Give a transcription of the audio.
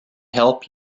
help